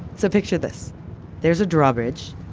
so picture this there's a drawbridge,